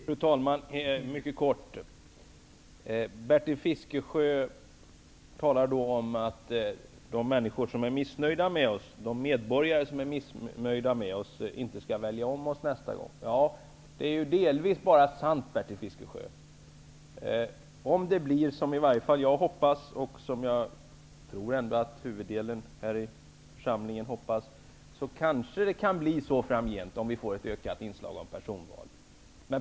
Fru talman! Helt kort. Bertil Fiskesjö säger att människor, medborgare, som är missnöjda med oss inte skall välja om oss nästa gång. Men det är bara delvis sant. Om det blir som i varje fall jag -- och, tror jag, merparten av oss i den här församlingen -- hoppas på, finns kanske nämnda möjlighet i en framtid om vi får ett ökat inslag av personval.